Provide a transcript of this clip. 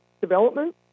development